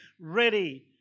ready